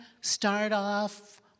start-off